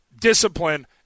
discipline